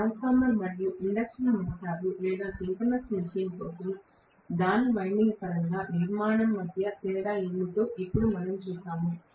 transformer మరియు induction motor లేదా synchronous machine కోసం దాని వైండింగ్ పరంగా నిర్మాణం మధ్య తేడా ఏమిటో ఇప్పుడు మనం చూశాము